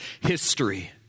history